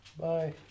Bye